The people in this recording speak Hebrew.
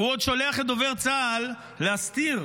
הוא עוד שולח את דובר צה"ל להסתיר